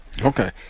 Okay